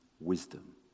wisdom